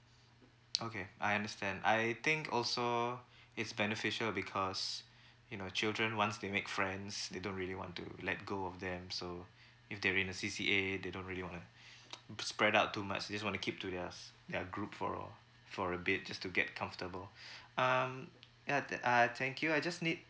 okay I understand I think also it's beneficial because you know children once they make friends they don't really want to let go of them so if they're in the C_C_A they don't really wanna big spread out too much just wanna keep to their s~ their group for for a bit just to get comfortable um ya that uh thank you I just need